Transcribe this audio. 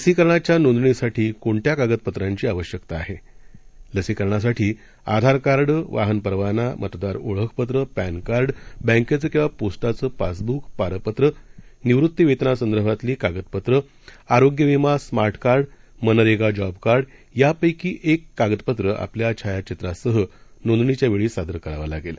लसीकरणाच्यानोंदणीसाठीकोणत्याकागदपत्रांचीआवश्यकताआहे लसीकरणासाठीआधारकार्ड वाहनपरवाना मतदारओळखपत्र पक्रिार्ड बॅकेचंकिवापोस्टाचंपासबुक पारपत्र निवृत्तीवेतनासंदर्भातलीकागदपत्र आरोग्यविमा स्मार्टकार्ड मनरेगाजॉबकार्डयापैकीकिकागदपत्रआपल्याछायाचित्रासहनोंदणीच्यावेळीसादरकरावंलागेल